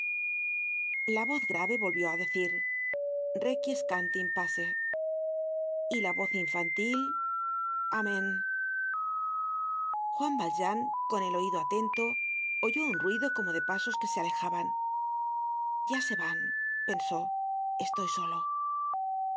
la voz grave volvió á decir requiescat in pace y la voz infantil amen juan valjean con el oido atento oyó un ruido como de pasos que se alejaban ya se van pensó estoy solo